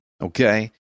Okay